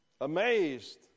amazed